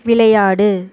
விளையாடு